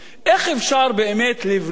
איך אפשר באמת לבנות